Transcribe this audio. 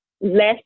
less